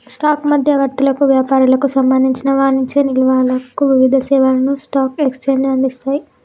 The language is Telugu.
స్టాక్ మధ్యవర్తులకు, వ్యాపారులకు సంబంధించిన వాణిజ్య నిల్వలకు వివిధ సేవలను స్టాక్ ఎక్స్చేంజ్లు అందిస్తయ్